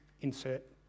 insert